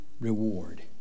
reward